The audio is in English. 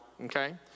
okay